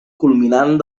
culminant